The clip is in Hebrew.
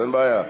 אין בעיה.